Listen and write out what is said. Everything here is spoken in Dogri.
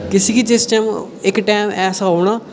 किसी कि जिस टैम इक टैम ऐसा औना